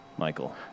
Michael